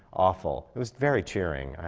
awful. it was very cheering,